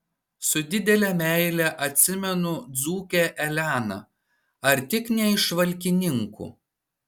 su didele meile atsimenu dzūkę eleną ar tik ne iš valkininkų